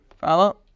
Follow